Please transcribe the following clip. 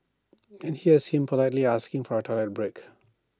and here's him politely asking for A toilet break